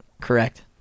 correct